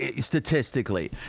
statistically